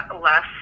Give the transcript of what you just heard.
less